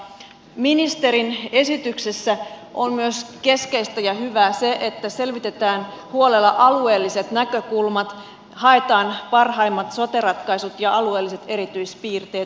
ministerin esityksessä on myös keskeistä ja hyvää se että selvitetään huolella alueelliset näkökulmat haetaan parhaimmat sote ratkaisut ja alueelliset erityispiirteet